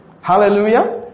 Hallelujah